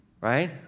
Right